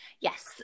Yes